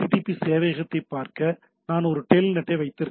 சேவையகத்தைப் பார்க்க நான் ஒரு டெல்நெட் வைத்திருக்க முடியும்